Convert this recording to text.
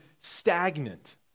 stagnant